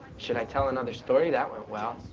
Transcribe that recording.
should i tell another story, that went well.